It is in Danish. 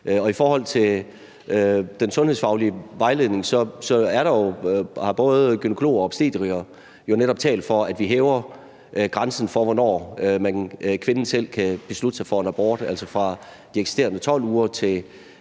I forhold til den sundhedsfaglige vejledning er der jo både gynækologer og obstetrikere, der netop har talt for, at vi hæver grænsen for, hvornår kvinden selv kan beslutte sig for en abort, altså fra de eksisterende 12 uger til